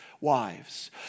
wives